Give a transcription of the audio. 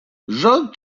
jacques